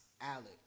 Alex